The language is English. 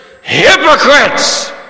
hypocrites